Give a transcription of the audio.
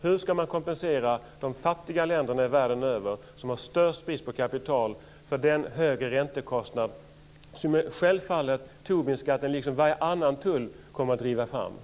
Hur ska man kompensera de fattiga länder världen över som har störst brist på kapital för den högre räntekostnad som Tobinskatten, liksom varje annan tull, självfallet kommer att föra med sig?